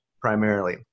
primarily